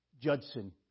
Judson